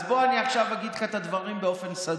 אז בוא אני עכשיו אגיד לך את הדברים באופן סדור.